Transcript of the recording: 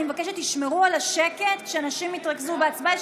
אני מבקשת שתשמרו על השקט, שאנשים יתרכזו בהצבעה.